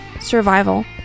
survival